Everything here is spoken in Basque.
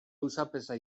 auzapeza